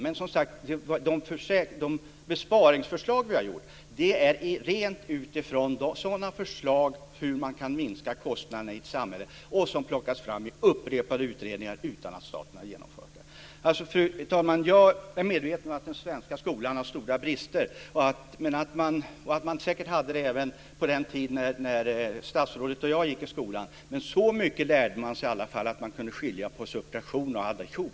Men som sagt: De besparingsförslag vi har gjort är sådana förslag som handlar om hur man kan minska kostnaderna i ett samhälle, och de har plockats fram i upprepade utredningar utan att staten har genomfört dem. Fru talman! Jag är medveten om att den svenska skolan har stora brister och att man säkert hade det även på den tiden då statsrådet och jag gick i skolan, men så mycket lärde man sig i alla fall att man kunde skilja på subtraktion och addition.